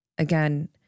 Again